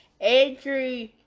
Andrew